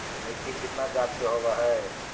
मिट्टी कितना जात के होब हय?